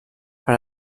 per